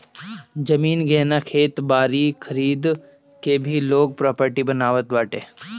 जमीन, गहना, खेत बारी खरीद के भी लोग प्रापर्टी बनावत बाटे